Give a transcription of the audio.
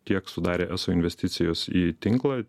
tiek sudarė eso investicijos į tinklą